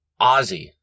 Ozzy